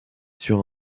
sur